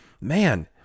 Man